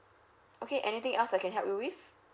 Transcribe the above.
okay anything else I can help you with